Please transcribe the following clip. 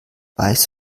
weißt